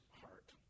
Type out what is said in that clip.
heart